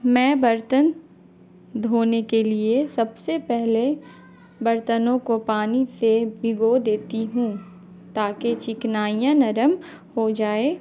میں برتن دھونے کے لیے سب سے پہلے برتنوں کو پانی سے بھگو دیتی ہوں تاکہ چکنائی نرم ہو جائے